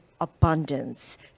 abundance